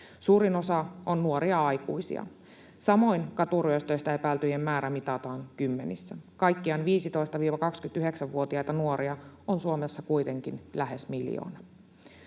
Suurin osa on nuoria aikuisia. Samoin katuryöstöistä epäiltyjen määrä mitataan kymmenissä. Kaikkiaan 15—29-vuotiaita nuoria on Suomessa kuitenkin lähes miljoona.